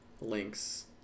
links